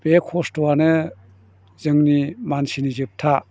बे खस्थ'आनो जोंनि मानसिनि जोबथा